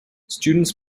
students